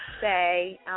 say